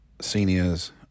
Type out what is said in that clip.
Seniors